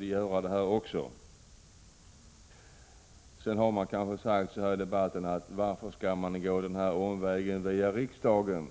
I debatten har man kanske frågat sig varför man skall gå omvägen via riksdagen